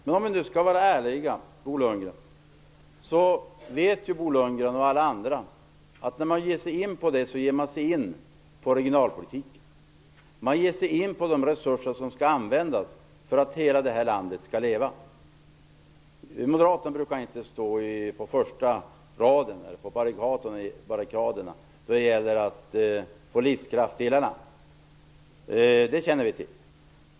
Men om vi nu skall vara ärliga, Bo Lundgren, vet ju han och alla andra att om man ger sig in på det, ger man sig in på regionalpolitiken. Man tar i anspråk de resurser som skall användas för att hela det här landet skall kunna leva. Moderaterna brukar inte stå på främsta linjen eller på barrikaderna när det gäller att få livskraft i hela landet. Det känner vi till.